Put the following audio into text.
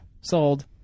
Sold